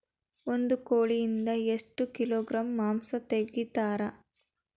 ಒಂದು ಕೋಳಿಯಿಂದ ಎಷ್ಟು ಕಿಲೋಗ್ರಾಂ ಮಾಂಸ ತೆಗಿತಾರ?